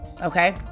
okay